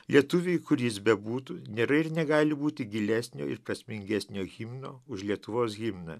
lietuviai kur jis bebūtų nėra ir negali būti gilesnio ir prasmingesnio himno už lietuvos himną